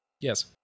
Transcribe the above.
Yes